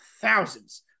thousands